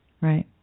Right